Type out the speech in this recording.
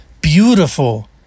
beautiful